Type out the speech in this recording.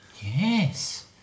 Yes